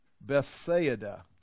Bethsaida